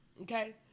Okay